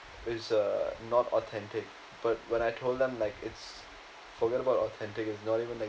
it's uh not authentic but when I told them like it's forget about authentic is not even like